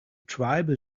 tribal